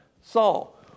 Saul